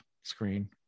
screen